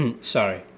sorry